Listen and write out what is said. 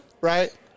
right